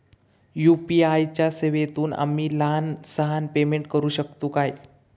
UPI च्या सेवेतून आम्ही लहान सहान पेमेंट करू शकतू काय?